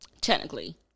Technically